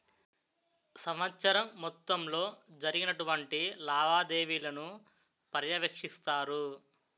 సంవత్సరం మొత్తంలో జరిగినటువంటి లావాదేవీలను పర్యవేక్షిస్తారు